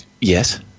Yes